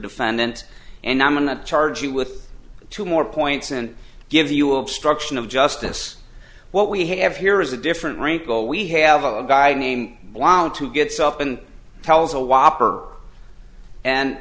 defendant and i'm going to charge you with two more points and give you obstruction of justice what we have here is a different wrinkle we have a guy named blount who gets up and tells a